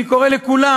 אני קורא לכולם,